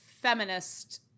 feminist